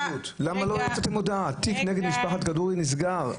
למה לא הוצאת הודעה, התיק נגד משפחת כדורי נסגר?